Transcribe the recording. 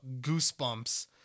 Goosebumps